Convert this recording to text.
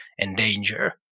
endanger